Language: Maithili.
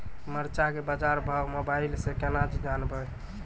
मरचा के बाजार भाव मोबाइल से कैनाज जान ब?